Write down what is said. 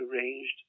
arranged